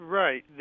right